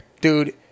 Dude